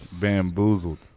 Bamboozled